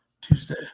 Tuesday